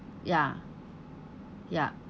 ya yup